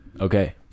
Okay